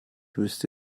wüsste